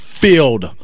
field